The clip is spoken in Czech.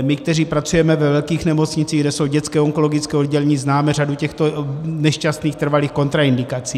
My, kteří pracujeme ve velkých nemocnicích, kde jsou dětská onkologická oddělení, známe řadu těchto nešťastných trvalých kontraindikací.